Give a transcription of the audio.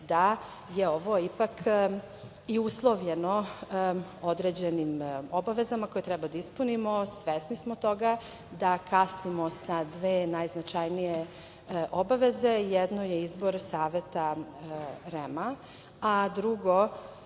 da je ovo ipak i uslovljeno određenim obavezama koje treba da ispunimo i svesni smo toga da kasnimo sa dve najznačajnije obaveze i jedno je izbor saveta REM, a drugo